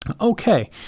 Okay